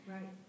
Right